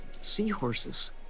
seahorses